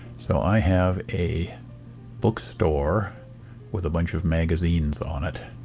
so i have a bookstore with a bunch of magazines on it